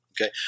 Okay